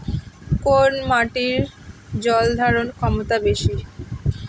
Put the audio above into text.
কোন মাটির জল ধারণ ক্ষমতা বেশি?